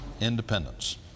independence